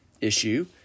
issue